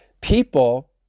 People